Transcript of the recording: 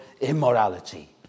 immorality